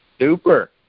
Super